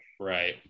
Right